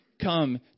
come